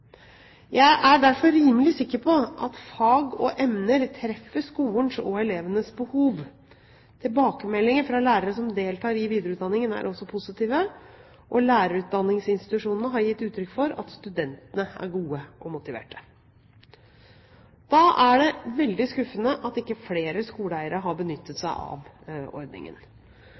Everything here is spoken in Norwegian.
Jeg er derfor rimelig sikker på at fag og emner treffer skolens og elevenes behov. Tilbakemeldinger fra lærere som deltar i videreutdanningen, er også positive, og lærerutdanningsinstitusjonene har gitt uttrykk for at studentene er gode og motiverte. Da er det veldig skuffende at ikke flere skoleeiere har benyttet seg av ordningen.